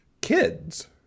kids